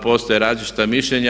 Postoje različita mišljenja.